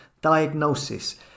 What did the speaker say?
diagnosis